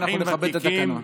ואנחנו נכבד את התקנון.